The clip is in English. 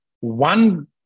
one